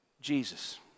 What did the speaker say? Jesus